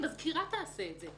מזכירה יכולה לעשות את זה.